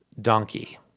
donkey